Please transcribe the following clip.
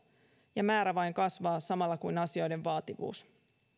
ja määrä vain kasvaa samalla kun asioiden vaativuus